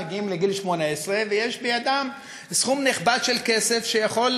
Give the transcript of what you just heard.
מגיעים לגיל 18 ויש בידם סכום נכבד של כסף שיכול,